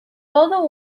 todo